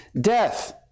death